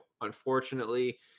Unfortunately